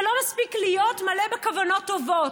זה לא מספיק להיות מלא בכוונות טובות.